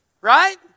Right